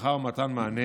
הדרכה ומתן מענה.